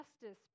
justice